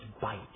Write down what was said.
bite